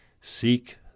seek